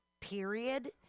period